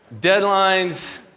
Deadlines